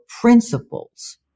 principles